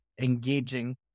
engaging